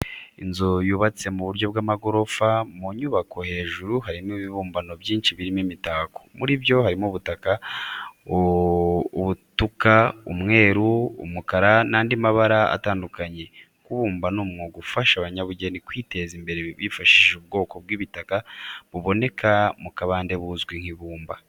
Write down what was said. Inzu yubatse mu buryo bw'amagorofa, mu nyubako hejuru harimo ibibumbano byinshi birimo imitako. Muri byo harimo ubutuka, umweru, umukara n'andi mabara atandukanye. Kubumba ni umwuga ufasha abanyabugeni kwiteza imbere bifashishije ubwoko bw'igitaka buboneka mu kabande buzwi nk'ibumba.